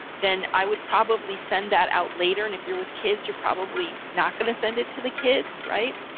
then i would probably send that out later. and if you're with kids you're probably not going to send it to the kids, right.